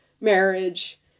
marriage